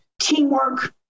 teamwork